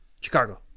Chicago